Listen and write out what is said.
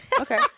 okay